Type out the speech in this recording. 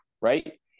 right